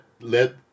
let